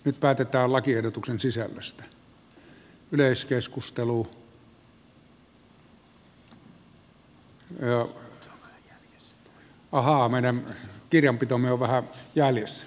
nyt päätetään lakiehdotusten sisällöstä